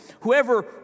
whoever